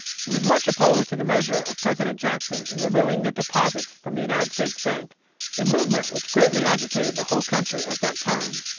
he was much opposed to the measure of president jackson in removing the deposits from the united states bank a movement which greatly agitated the whole country at that time.